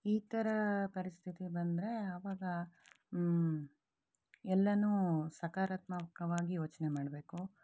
ಈ ಥರ ಪರಿಸ್ಥಿತಿ ಬಂದರೆ ಆವಾಗ ಎಲ್ಲನೂ ಸಕರಾತ್ಮಕವಾಗಿ ಯೋಚನೆ ಮಾಡಬೇಕು